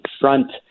Front